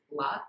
luck